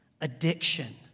addiction